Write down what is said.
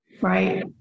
right